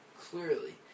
Clearly